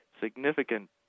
significant